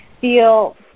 feel